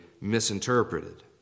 misinterpreted